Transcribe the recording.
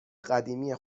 قدیمی